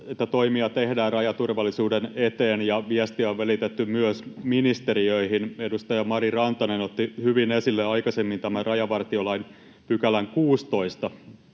että toimia tehdään rajaturvallisuuden eteen ja viestiä on välitetty myös ministeriöihin. Edustaja Mari Rantanen otti hyvin esille aikaisemmin tämän rajavartiolain 16